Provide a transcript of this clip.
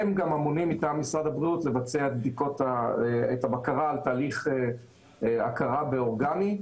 הם גם אמונים מטעם משרד הבריאות לבצע את הבקרה על תהליך הכרה באורגני.